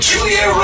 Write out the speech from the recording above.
Julia